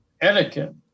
etiquette